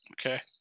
Okay